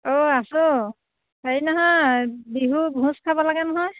অঁ আছোঁ হেৰি নহয় বিহু ভোজ খাব লাগে নহয়